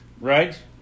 Right